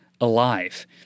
alive